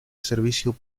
servicio